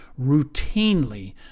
routinely